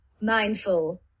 mindful